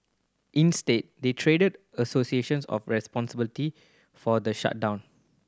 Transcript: instead they traded associations of responsibility for the shutdown